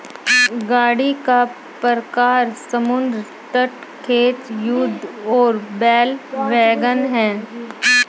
गाड़ी का प्रकार समुद्र तट, खेत, युद्ध और बैल वैगन है